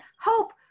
Hope